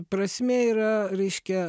prasmė yra reiškia